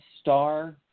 star